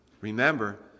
Remember